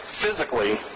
physically